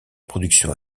productions